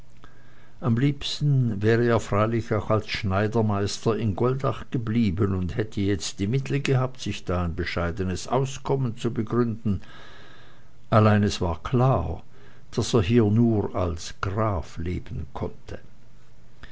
am liebsten wäre er freilich auch als schneidermeister in goldach geblieben und hätte jetzt die mittel gehabt sich da ein bescheidenes auskommen zu begründen allein es war klar daß er hier nur als graf leben konnte